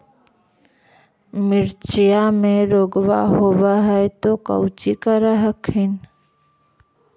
मिर्चया मे रोग्बा होब है तो कौची कर हखिन?